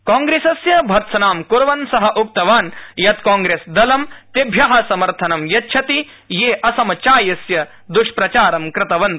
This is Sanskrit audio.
कांग्रेसस्य भर्त्सनां कर्वन ास उक्तवान ा यत क्रांग्रेसदलं तेभ्य समर्थनं यच्छति ये असमचायस्यद्ष्प्रचारं कृतवन्त